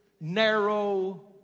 narrow